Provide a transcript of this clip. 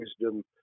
wisdom